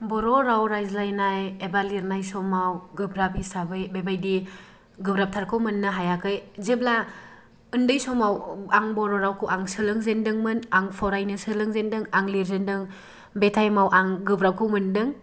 बर' राव रायज्लायनाय एबा लिरनाय समाव गोब्राब हिसाबै बेबायदि गोब्राबथारखौ मोननो हायाखै जेब्ला उन्दै समाव आं बर' रावखौ आं सोलोंजेनदोंमोन आं फरायनो सोलोंजेनदों आं लिरजेनदों बे टाइमाव आं गोब्राबखौ मोनदों